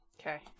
Okay